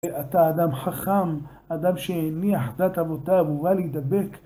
אתה אדם חכם, אדם שהניח דעת אבותיו, ובא להידבק.